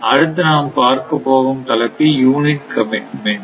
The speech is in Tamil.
அடுத்து நாம் பார்க்கப் போகும் தலைப்பு யூனிட் கமிட்மெண்ட்